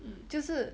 就是